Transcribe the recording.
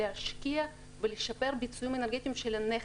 להשקיע ולשפר ביצועים אנרגטיים של הכנס.